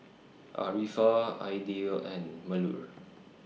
Arifa Aidil and Melur